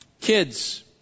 Kids